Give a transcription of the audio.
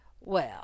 Well